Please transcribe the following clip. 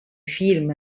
film